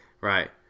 Right